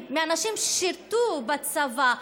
מאנשים ששירתו בצבא,